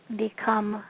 become